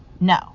no